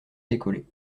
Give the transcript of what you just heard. décollé